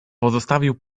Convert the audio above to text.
pozostawił